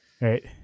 right